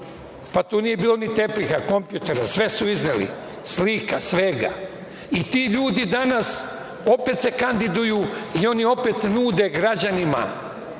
Tu nije bilo ni tepiha, kompjutera, sve su uzeli, slike sve. I ti ljudi danas opet se kandiduju i oni opet nude građanima